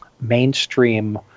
mainstream